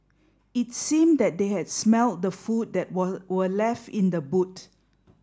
it seemed that they had smelt the food that were were left in the boot